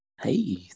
Hey